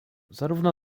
zarówno